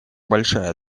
большая